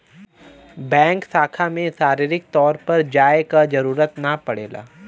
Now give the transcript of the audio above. bank शाखा में शारीरिक तौर पर जाये क जरुरत ना पड़ेला